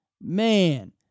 Man